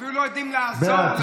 אפילו לא יודעים לעזור לאומללים.